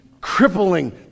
crippling